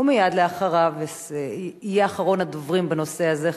ומייד אחריו יהיה אחרון הדוברים בנושא זה,